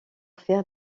faire